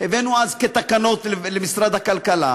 הבאנו אז כתקנות למשרד הכלכלה,